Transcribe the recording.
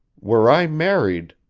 were i married.